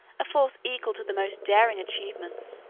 a force equal to the most daring achievements,